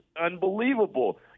unbelievable